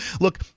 Look